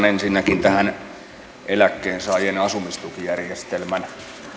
ensinnäkin tähän eläkkeensaajien asumistukijärjestelmän